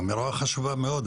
אמירה חשובה מאוד.